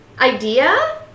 idea